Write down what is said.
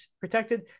protected